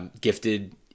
gifted